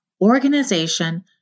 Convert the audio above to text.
organization